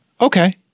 Okay